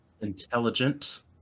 intelligent